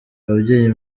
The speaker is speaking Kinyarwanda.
babyeyi